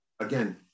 again